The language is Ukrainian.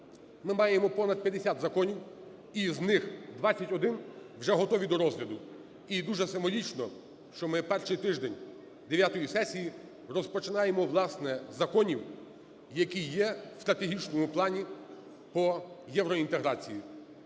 Ми маємо понад 50 законів, з них 21 вже готові до розгляду. І дуже символічно, що ми перший тиждень дев'ятої сесії розпочинаємо, власне, із законів, які є в стратегічному плані по євроінтеграції.